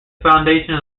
foundation